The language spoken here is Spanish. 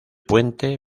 puente